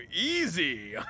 easy